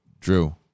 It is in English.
Drew